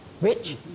Rich